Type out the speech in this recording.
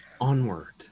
onward